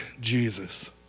Jesus